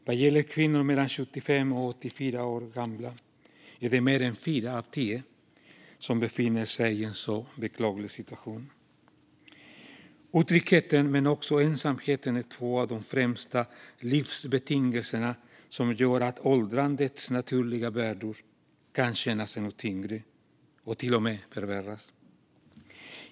Vad gäller kvinnor mellan 75 och 84 år är det mer än fyra av tio som befinner sig i en så beklaglig situation. Otryggheten och ensamheten är två av de främsta livsbetingelserna som gör att åldrandets naturliga bördor kan kännas ännu tyngre och till och med förvärras.